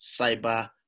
cyber